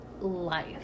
life